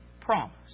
promise